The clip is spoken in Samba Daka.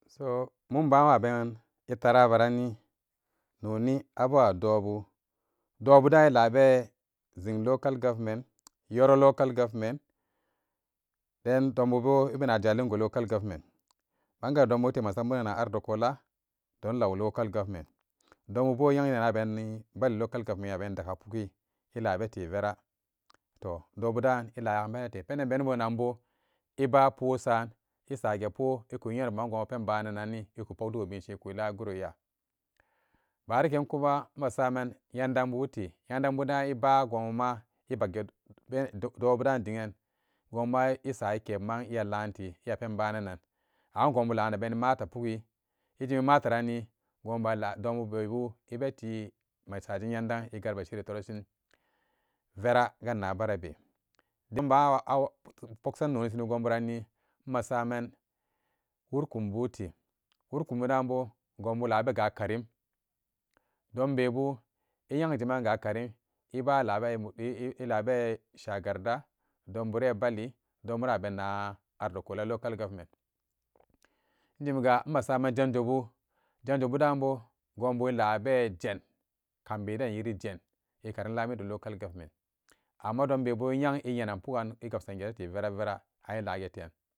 So mumba wa benan e taraba ranni noni abewa doobu, doobu dan ilabe zing local government, yorro local government den donbubo ebena jalingo local government anga donbute masambunana ardo kola don lau local government don bubo e nyeng yena nabeni bali local government abeni dakka pugi elabete veratoh dobudan elayembete penden beni bunanbo eba posan esagepo eku yeno buman gonbu epopbananni eku pokdogo binshin eku laaguro nya baara ken kuma masaman yandang bute yandang bu daan. Eba gonbuma ebak ge do-dobudan digan gonbuma esa eke buman laante eya pen pbananan angonbulana beni mata pugi ejimi mataranni gonbu balaa donbu bebo ebete mai sajen yangdang e garbashede turishin vera ganna barabe dimba a-awo poksan nonishini gonbu ranni masaman lourkum bu'u tee wurkum bu dunbo gonbu labega karim don bebu enyeng ejima ga karim eba elaabe mu-elabee shagarda don bure bali don bu ra benna ardo kola local government injimiga masaman janjo bu. janjo bu dun bo gonbu elabejen kambe den yin jen. I karim lamido local government ammo donbebu e yeng e yenan pugan e gapsun gerate vera vera an ela geteyan